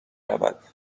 رود